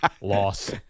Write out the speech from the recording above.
loss